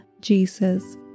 Jesus